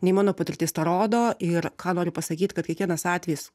nei mano patirtis tą rodo ir ką noriu pasakyt kad kiekvienas atvejis